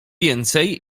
więcej